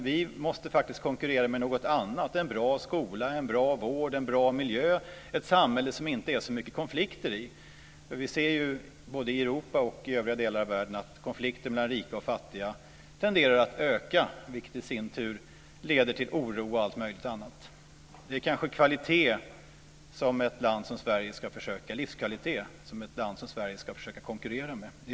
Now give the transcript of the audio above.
Vi måste konkurrera med annat: en bra skola, en bra vård, en bra miljö och ett samhälle som inte har så mycket av konflikter. Vi ser att konflikter mellan rika och fattiga tenderar att öka både i Europa och i övriga delar av världen, vilket leder till oro och mycket annat. Ett land som Sverige ska kanske försöka konkurrera med livskvalitet.